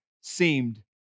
seemed